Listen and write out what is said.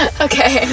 okay